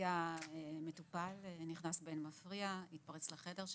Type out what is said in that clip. הגיע מטופל, נכנס באין מפריע, התפרץ לחדר שלי.